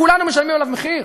כולנו משלמים עליו מחיר.